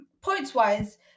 points-wise